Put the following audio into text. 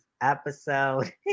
episode